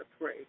pray